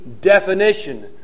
definition